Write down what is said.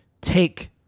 take